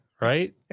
right